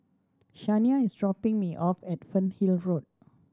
Shania is dropping me off at Fernhill Road